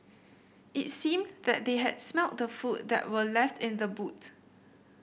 it seemed that they had smelt the food that were left in the boot